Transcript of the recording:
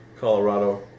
Colorado